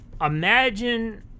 imagine